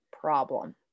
problem